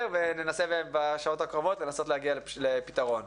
ננסה בשעות הקרובות לנסות להגיע לפתרון.